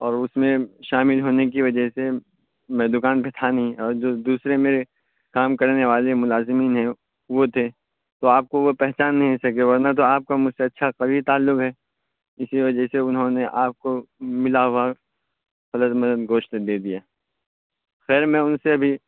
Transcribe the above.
اور اس میں شامل ہونے کی وجہ سے میں دکان پہ تھا نہیں اور جو دوسرے میرے کام کرنے والے ملازمین ہیں وہ تھے تو آپ کو وہ پہچان نہیں سکے ورنہ تو آپ کا مجھ سے اچھا قوی تعلق ہے اسی وجہ سے انہوں نے آپ کو ملا ہوا خلط ملط گوشت دے دیا خیر میں ان سے بھی